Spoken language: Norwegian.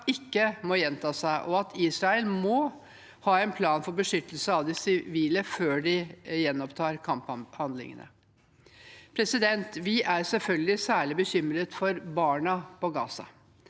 ikke må gjenta seg, og at Israel må ha en plan for beskyttelse av sivile før de gjenopptar kamphandlingene. Vi er selvfølgelig særlig bekymret for barna i Gaza.